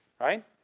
Right